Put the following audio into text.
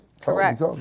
Correct